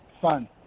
Fun